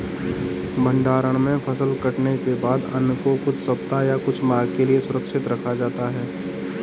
भण्डारण में फसल कटने के बाद अन्न को कुछ सप्ताह या कुछ माह के लिये सुरक्षित रखा जाता है